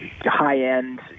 high-end